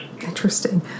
Interesting